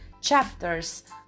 chapters